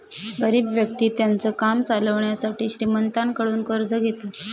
गरीब व्यक्ति त्यांचं काम चालवण्यासाठी श्रीमंतांकडून कर्ज घेतात